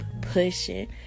pushing